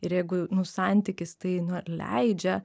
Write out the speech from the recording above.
ir jeigu nu santykis tai na leidžia